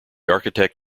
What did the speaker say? architect